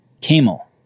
camel